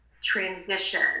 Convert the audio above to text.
transition